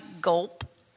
gulp